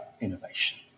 innovation